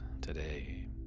today